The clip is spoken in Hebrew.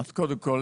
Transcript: אז קודם כל,